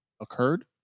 occurred